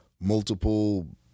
multiple